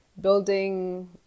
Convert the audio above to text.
building